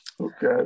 Okay